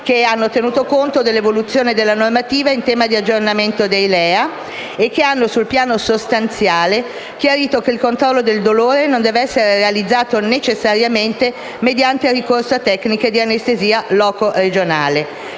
che hanno tenuto conto dell'evoluzione della normativa in tema di aggiornamento dei LEA e che, sul piano sostanziale, hanno chiarito che il controllo del dolore non deve essere realizzato necessariamente mediante ricorso a tecniche di anestesia loco regionale.